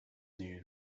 news